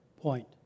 point